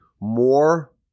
more